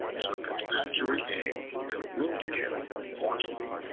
took an accurate aim and wounded him mortally.